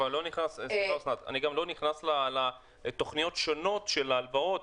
אני גם לא נכנס לתכניות שונות של הלוואות,